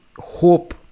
hope